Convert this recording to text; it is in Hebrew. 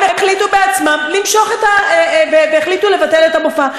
הם החליטו בעצמם למשוך והחליטו לבטל את המופע.